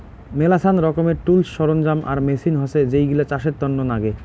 মেলাছান রকমের টুলস, সরঞ্জাম আর মেচিন হসে যেইগিলা চাষের তন্ন নাগে